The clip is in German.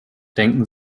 denken